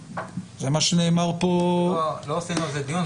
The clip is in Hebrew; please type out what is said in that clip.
לא עשינו על זה דיון.